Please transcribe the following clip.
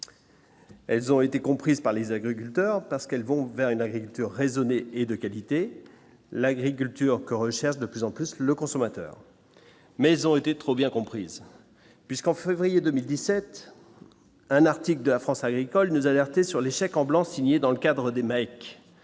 Elles ont été comprises par les agriculteurs parce qu'elles vont vers une agriculture raisonnée et de qualité, l'agriculture que recherchent de plus en plus le consommateur mais était trop bien comprise puisqu'en février 2017, un article de La France Agricole nous alerter sur les chèques en blanc signés dans le cadre des mecs.